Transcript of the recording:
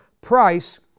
price